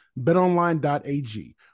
BetOnline.ag